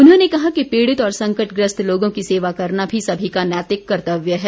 उन्होंने कहा कि पीड़ित और संकट ग्रस्त लोगों की सेवा करना भी सभी का नैतिक कर्त्तव्य है